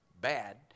bad